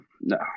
no